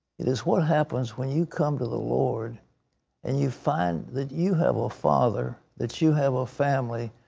it is what happens when you come to the lord and you find that you have a father, that you have a family,